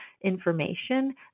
information